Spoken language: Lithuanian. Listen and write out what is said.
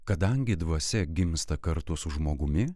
kadangi dvasia gimsta kartu su žmogumi